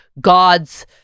god's